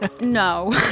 no